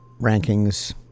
rankings